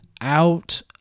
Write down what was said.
out